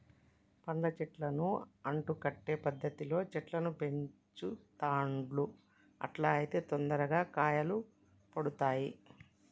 పండ్ల చెట్లను అంటు కట్టే పద్ధతిలో చెట్లను పెంచుతాండ్లు అట్లా అయితే తొందరగా కాయలు పడుతాయ్